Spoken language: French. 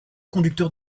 conducteur